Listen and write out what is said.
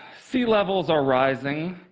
sea levels are rising,